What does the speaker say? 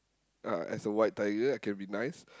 uh as a white tiger I can be nice